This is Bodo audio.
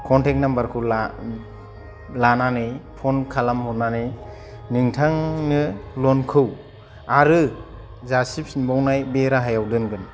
कन्टेक्ट नाम्बारखौ ला लानानै फन खालाम हरनानै नोंथांनो लनखौ आरो जासिफिनबावनय बे राहयाव दोनगोन